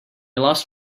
lost